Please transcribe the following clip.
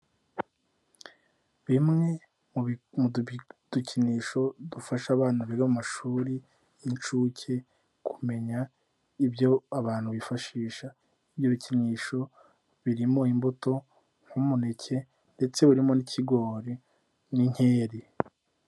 Bimwe mu dukinisho dufasha abana biga amashuri y'inshuke kumenya ibyo abantu bifashisha, ibyo bikinisho birimo imbuto nk'umuneke ndetse barimo n'ikigori n'inkeri.